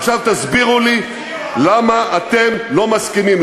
עכשיו תסבירו לי לָמה אתם לא מסכימים,